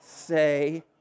Say